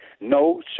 no